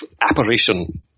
apparition